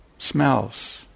Smells